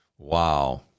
Wow